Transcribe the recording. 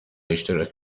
اشتراک